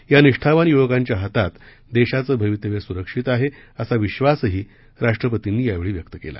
या निष्ठावान युवकांच्या हातात देशाचं भवितव्य सुरक्षित आहे असा विश्वासही राष्ट्रपर्तींनी यावेळी व्यक्त केला